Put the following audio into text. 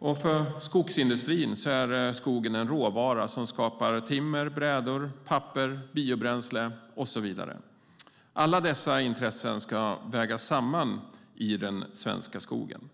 För skogsindustrin är skogen en råvara som skapar timmer, brädor, papper, biobränsle och så vidare. Alla dessa intressen ska vägas samman i den svenska skogen.